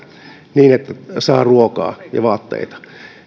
niin että saa ruokaa ja vaatteita